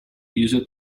user